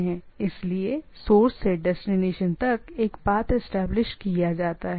इसलिए सोर्स से डेस्टिनेशन तक एक पाथ एस्टेब्लिश किया गया है